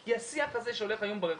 את השיח הזה שהולך היום ברחוב,